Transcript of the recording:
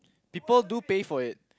people do pay for it